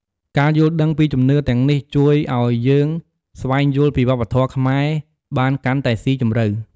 ការយល់ដឹងពីជំនឿទាំងនេះ ជួយឱ្យយើងស្វែងយល់ពីវប្បធម៌ខ្មែរបានកាន់តែស៊ីជម្រៅ។